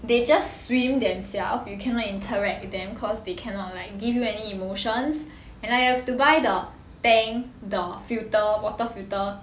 they just swim themselves you cannot interact with them cause they cannot like give you any emotions and I have to buy the tank the filter water filter